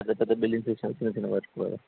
పెద్ద పెద్ద బిల్డింగ్స్ వేసారా చిన్న చిన్న వాటికా